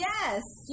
Yes